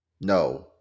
No